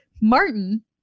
Martin